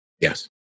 Yes